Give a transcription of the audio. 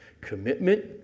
Commitment